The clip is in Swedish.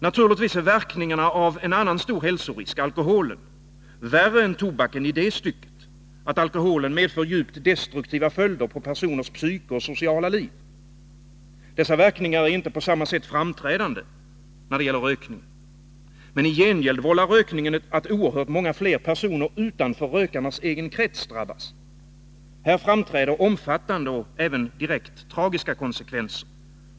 Naturligtvis är verkningarna av en annan stor hälsorisk, alkoholen, värre än av tobaken i det stycket att alkoholen medför djupt destruktiva följder på personers psyke och sociala liv. Dessa verkningar är inte på samma sätt framträdande när det gäller rökningen. Men i gengäld vållar rökningen att oerhört många fler personer utanför rökarnas egen krets drabbas. Här framträder omfattande och även direkt tragiska konsekvenser.